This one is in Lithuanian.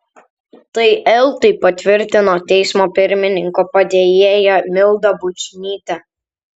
tai eltai patvirtino teismo pirmininko padėjėja milda bučnytė